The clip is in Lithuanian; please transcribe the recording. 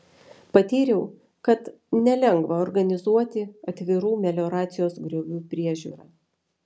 patyriau kad nelengva organizuoti atvirų melioracijos griovių priežiūrą